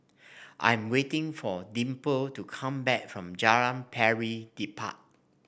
I'm waiting for Dimple to come back from Jalan Pari Dedap